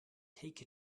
take